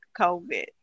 COVID